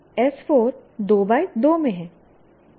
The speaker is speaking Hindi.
S 4 2 2 में है